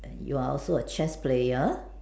and you're also a chess player